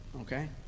okay